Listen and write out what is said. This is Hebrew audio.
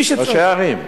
ראשי הערים בעיקר.